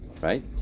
right